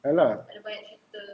ya lah